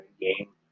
game